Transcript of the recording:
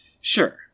Sure